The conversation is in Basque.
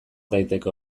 daiteke